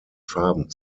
farben